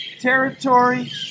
territory